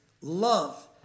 love